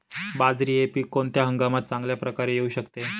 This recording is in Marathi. बाजरी हे पीक कोणत्या हंगामात चांगल्या प्रकारे येऊ शकते?